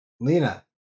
Lena